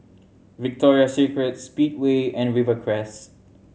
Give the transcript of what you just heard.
Victoria Secret Speedway and Rivercrest